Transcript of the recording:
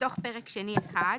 מתוך פרק שני1.